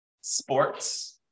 Sports